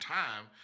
time